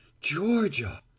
Georgia